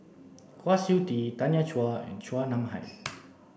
Kwa Siew Tee Tanya Chua and Chua Nam Hai